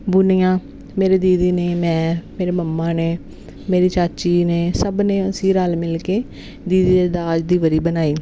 ਬੁਨੀਆ ਮੇਰੇ ਦੀਦੀ ਨੇ ਮੈਂ ਮੇਰੇ ਮੰਮਾ ਨੇ ਮੇਰੀ ਚਾਚੀ ਨੇ ਸਭ ਨੇ ਅਸੀਂ ਰਲ ਮਿਲ ਕੇ ਦੀਦੀ ਦੇ ਦਾਜ ਦੀ ਬਰੀ ਬਣਾਈ